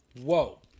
Whoa